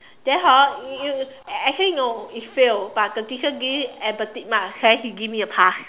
then hor you you actually no it's fail but the teacher give empathy marks then he give me a pass